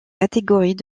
catégories